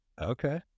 Okay